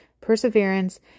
perseverance